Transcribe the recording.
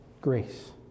grace